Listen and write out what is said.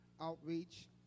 outreach